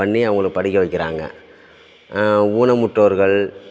பண்ணி அவங்கள படிக்க வைக்கிறாங்க ஊனமுற்றோர்கள்